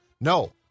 No